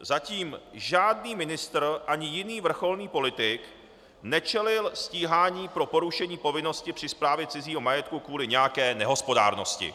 Zatím žádný ministr ani jiný vrcholný politik nečelil stíhání pro porušení povinnosti při správě cizího majetku kvůli nějaké nehospodárnosti.